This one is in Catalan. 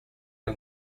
hem